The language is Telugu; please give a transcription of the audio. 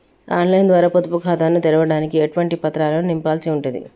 ఆన్ లైన్ ద్వారా పొదుపు ఖాతాను తెరవడానికి ఎటువంటి పత్రాలను నింపాల్సి ఉంటది?